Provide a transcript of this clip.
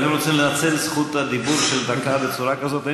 מי שרוצה לנצל את זכות הדיבור של דקה בצורה כזאת,